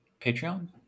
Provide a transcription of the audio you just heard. Patreon